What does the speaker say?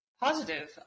positive